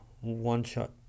one-shot